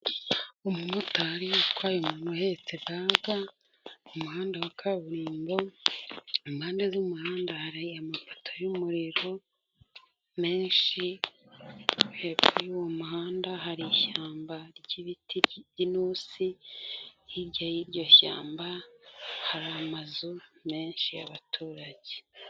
Umumotari utwaye umuntu uhetse baga ku muhanda wa kaburimbo, impande z'umuhanda hari amapoto y'umuriro menshi, hepfo y'uwo muhanda hari ishyamba ry'ibiti by'inurusi, hirya y'iryo shyamba hari amazu menshi y'abaturage.